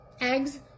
eggs